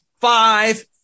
Five